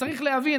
וצריך להבין,